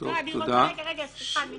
רגע, ניסן.